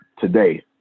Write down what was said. today